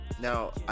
now